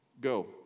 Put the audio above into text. go